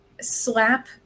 slap